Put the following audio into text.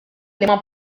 liema